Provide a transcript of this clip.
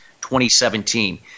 2017